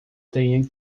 tenha